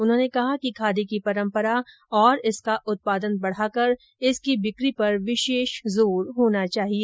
उन्होंने कहा कि खादी की परम्परा और इसका उत्पादन बढ़ाकर बिक्री पर विशेष जोर देना चाहिए